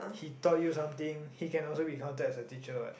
he taught you something he can also be counted as a teacher what